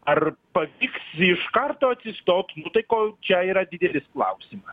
ar pavyks iš karto atsistot nu tai ko čia yra didelis klausimas